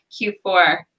Q4